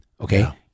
Okay